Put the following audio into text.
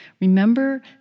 Remember